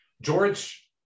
George